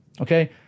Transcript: Okay